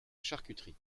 charcuterie